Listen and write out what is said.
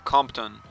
Compton